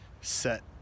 set